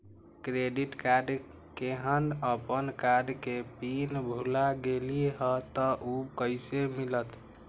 Credit card केहन अपन card के पिन भुला गेलि ह त उ कईसे मिलत?